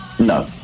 No